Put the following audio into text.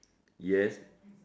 yes